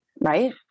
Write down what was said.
right